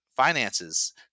Finances